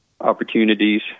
opportunities